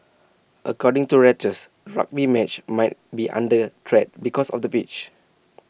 according to Reuters rugby match might be under threat because of the pitch